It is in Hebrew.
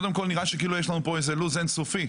נראה שיש לנו פה איזה לו"ז אין-סופי,